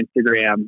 instagram